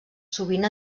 sovint